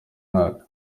mwaka